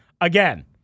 again